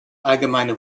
allgemeine